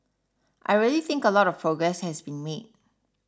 I really think a lot of progress has been made